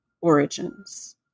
origins